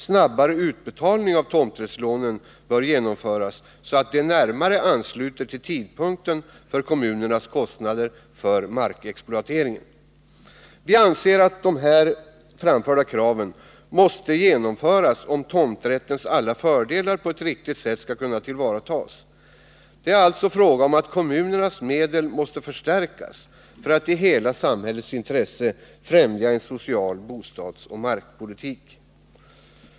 Snabbare utbetalning av tomträttslånen bör genomföras, så att den närmare ansluter till tidpunkten för kommunernas kostnader för markexploateringen. Vi anser att dessa krav måste tillgodoses om tomträttens alla fördelar på ett riktigt sätt skall kunna tillvaratas. Det är alltså fråga om att kommunernas medel måste förstärkas för att de i hela samhällets intresse skall kunna främja en socialt inriktad bostadsoch markpolitik.